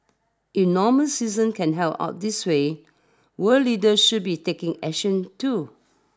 if normal citizens can help out this way world leaders should be taking action too